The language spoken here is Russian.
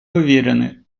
уверены